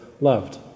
loved